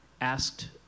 asked